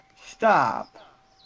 Stop